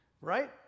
Right